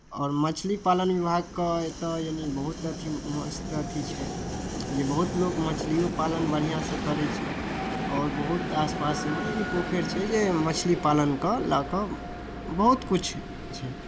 आओर मछली पालन विभागके एतय यानि बहुत अथी मस्त अथी छै जे बहुत लोक मछलिओ पालन बढ़िआँसँ करै छै आओर बहुत आस पासमे यानि पोखरि छै जे मछली पालनकेँ लऽ कऽ बहुत किछु छै